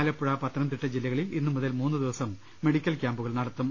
ആലപ്പുഴ പത്തനംതിട്ട ജില്ലകളിൽ ഇന്നുമുതൽ മൂന്നു ദിവസം മെഡിക്കൽ കൃാമ്പുകൾ നടത്തും